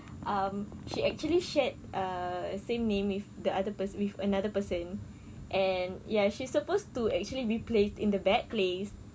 um she actually shared err same name with the other pers~ with another person and ya she's supposed to actually be placed in the bad place